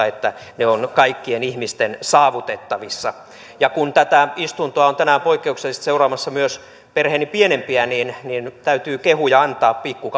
että ne ovat kaikkien ihmisten saavutettavissa ja kun tätä istuntoa on tänään poikkeuksellisesti seuraamassa myös perheeni pienempiä niin niin täytyy kehuja antaa pikku